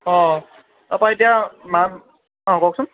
অঁ তাৰপৰা এতিয়া মা অঁ কওকচোন